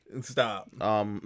Stop